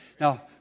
Now